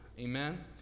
Amen